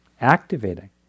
activating